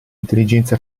intelligenza